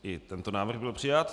I tento návrh byl přijat.